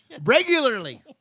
Regularly